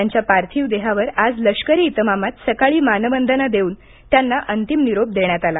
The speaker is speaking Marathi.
त्यांच्या पार्थिव देहावर आज लष्करी इतमामात सकाळी मानवंदना देऊन त्यांना अंतिम निरोप देण्यात आला